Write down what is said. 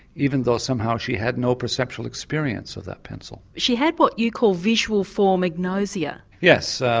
even though somehow she had no perceptual experience of that pencil. she had what you call visual form agnosia. yes, so